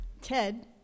Ted